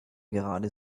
gerade